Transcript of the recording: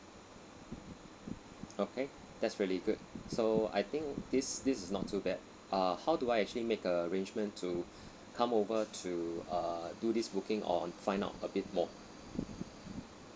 okay that's really good so I think this this is not too bad uh how do I actually make arrangement to come over to err do this booking or find out a bit more